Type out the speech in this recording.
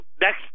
next